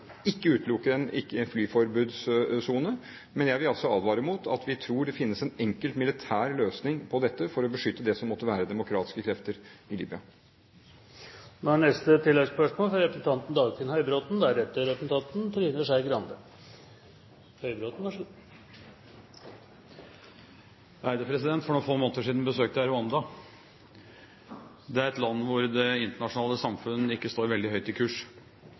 ikke utelukker en flyforbudssone, men jeg vil altså advare mot å tro at det finnes en enkel militær løsning på dette for å beskytte det som måtte være av demokratiske krefter i Libya. Dagfinn Høybråten – til oppfølgingsspørsmål. For noen få måneder siden besøkte jeg Rwanda. Det er et land hvor det internasjonale samfunn ikke står veldig høyt i kurs.